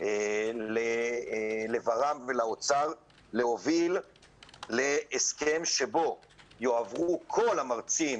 לור"מ ולאוצר להוביל להסכם שבו יועברו כל המרצים